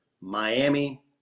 Miami